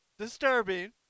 Disturbing